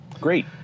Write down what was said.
Great